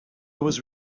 was